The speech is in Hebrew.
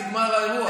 נגמר האירוע.